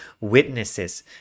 witnesses